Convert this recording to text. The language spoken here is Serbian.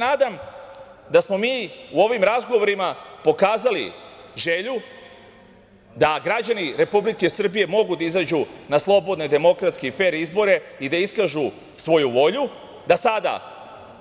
Nadam se da smo mi u ovom razgovorima pokazali želju da građani Republike Srbije mogu da izađu na slobodne, demokratske i fer izbore i da iskažu svoju volju, da sada